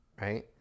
right